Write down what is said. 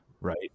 right